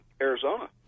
Arizona